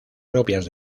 propias